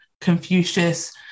Confucius